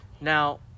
Now